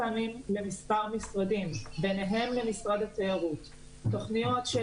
לכן אם מישהו צריך להיות מוטרד זה לאו דווקא מתקופת החגים